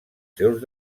seus